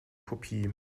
kopie